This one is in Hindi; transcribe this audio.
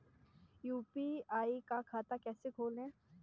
यू.पी.आई का खाता कैसे खोलें?